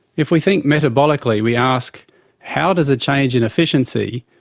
if we think metabolically, we ask how does a change in efficiency,